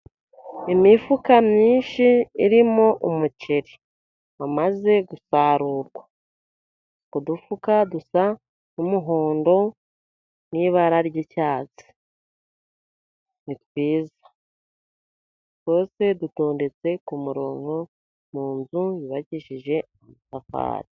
Imifuka myinshi irimo umuceri wamaze gusarurwa. Udufuka dusa n'umuhondo nibara ry'icyatsi, ni twiza twose dutondetse ku murongo mu nzu yubakishije amatafari.